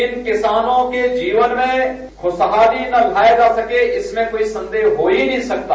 इन किसानों के जीवन में ख्रशहाली न लाया जा सके इसमें कोई संदेह हो ही नहीं सकता